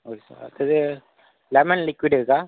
okay sir அடுத்தது lemon liquid இருக்கா